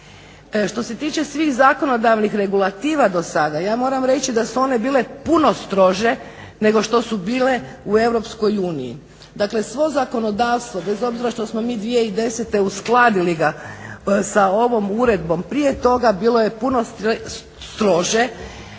Što se tiče svih zakonodavnih regulativa dosada ja moram reći da su one bile puno strože nego što su bile u EU. Dakle svo zakonodavstvo bez obzira što smo mi 2010.uskladili ga sa ovom uredbom prije toga bilo je puno strože